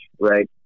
right